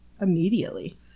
immediately